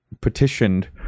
petitioned